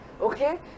Okay